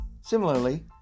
similarly